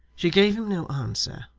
she gave him no answer,